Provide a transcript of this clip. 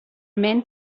men